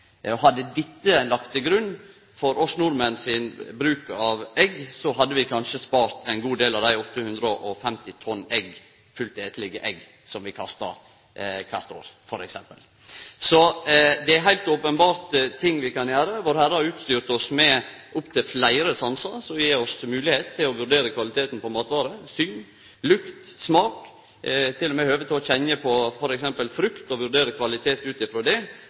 Hadde dette lege til grunn for nordmenns bruk av egg, hadde vi kanskje spart ein god del av dei 850 tonn fullt etande egga som vi kastar kvart år. Det er heilt openbert ting vi kan gjere. Vår Herre har utstyrt oss med opp til fleire sansar som gjev oss moglegheit til å vurdere kvaliteten på matvarer – syn, lukt, smak, til og med høve til å kjenne på f.eks. frukt og vurdere kvaliteten ut ifrå det.